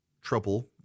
trouble